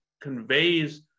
conveys